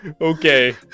okay